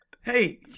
Hey